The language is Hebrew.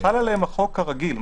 חל עליהם החוק הרגיל.